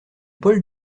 paul